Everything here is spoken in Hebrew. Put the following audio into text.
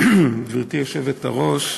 גברתי היושבת-ראש,